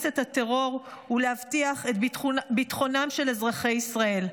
את הטרור ולהבטיח את ביטחונם של אזרחי ישראל.